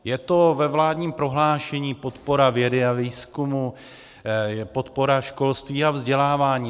Je to ve vládním prohlášení podpora vědy a výzkumu, je to podpora školství a vzdělávání.